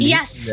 Yes